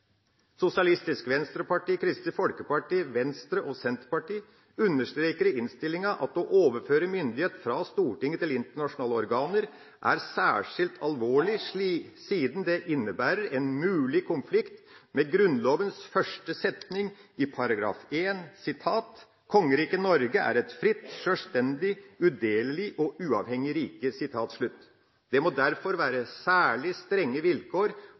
Sosialistisk Venstreparti, Kristelig Folkeparti, Venstre og Senterpartiet, understreker i innstillinga at å overføre myndighet fra Stortinget til internasjonale organer er særskilt alvorlig, siden det innebærer en mulig konflikt med Grunnlovens første setning i § 1: «Kongeriget Norge er et frit, selvstændigt, udeleligt og uafhændeligt Rige.» Det må derfor være særlig strenge vilkår